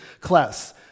class